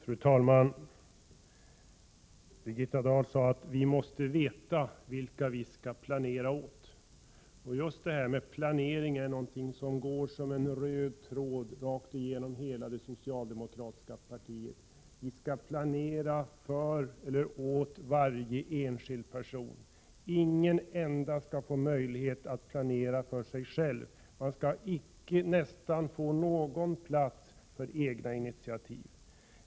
Fru talman! Birgitta Dahl sade att hon måste veta vilka vi skall planera åt. Just det här med planering är någonting som går som en röd tråd rakt igenom hela det socialdemokratiska partiet. Vi skall planera för eller åt varje enskild person. Ingen enda skall få möjlighet att planera för sig själv. Man skall knappast få någon plats för egna initiativ.